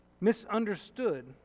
misunderstood